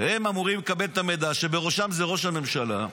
אמורים לקבל את המידע, ובראשם זה ראש הממשלה,